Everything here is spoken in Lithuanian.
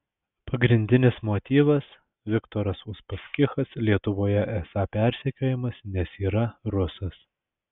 pagrindinis motyvas viktoras uspaskichas lietuvoje esą persekiojamas nes yra rusas